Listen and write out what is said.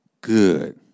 good